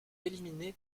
éliminée